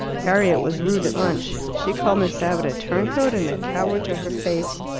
harriet was rude at lunch. she called miss abbott a turncoat and a coward to her face.